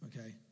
okay